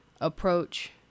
approach